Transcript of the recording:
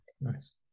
nice